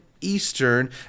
eastern